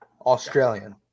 Australian